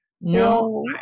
No